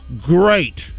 great